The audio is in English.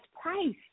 price